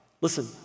Listen